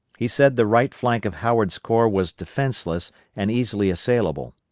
he said the right flank of howard's corps was defenceless and easily assailable.